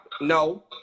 no